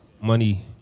money